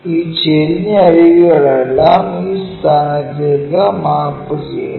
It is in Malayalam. ഈ ചരിഞ്ഞ അരികുകളെല്ലാം ഈ സ്ഥാനത്തേക്ക് മാപ്പ് ചെയ്യുന്നു